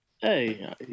hey